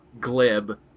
glib